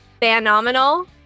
Phenomenal